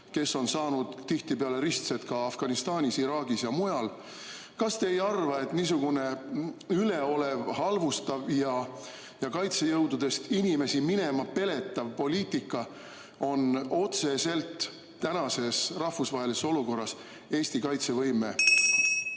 kes on saanud tihtipeale ristsed ka Afganistanis, Iraagis ja mujal. Kas te ei arva, et niisugune üleolev, halvustav ja kaitsejõududest inimesi minema peletav poliitika on tänases rahvusvahelises olukorras otseselt Eesti kaitsevõime